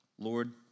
Lord